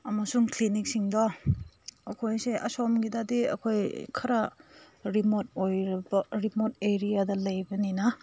ꯑꯃꯁꯨꯡ ꯀ꯭ꯂꯤꯅꯤꯛꯁꯤꯡꯗꯣ ꯑꯩꯈꯣꯏꯁꯦ ꯑꯁꯣꯝꯒꯤꯗꯗꯤ ꯑꯩꯈꯣꯏ ꯈꯔ ꯔꯤꯃꯣꯠ ꯑꯣꯏꯔꯕ ꯔꯤꯃꯣꯠ ꯑꯦꯔꯤꯌꯥꯗ ꯂꯩꯕꯅꯤꯅ